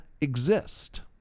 exist